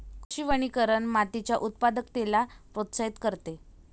कृषी वनीकरण मातीच्या उत्पादकतेला प्रोत्साहित करते